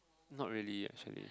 not really actually